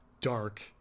dark